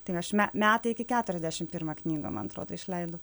tai aš me metai iki keturiasdešim pirmą knygą man atrodo išleidau